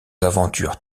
aventures